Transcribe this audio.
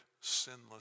sinless